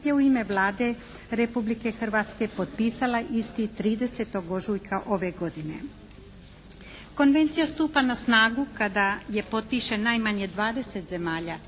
je u ime Vlade Republike Hrvatske potpisala isti 30. ožujka ove godine. Konvencija stupa na snagu kada je potpiše najmanje 20 zemalja.